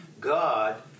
God